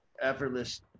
effortless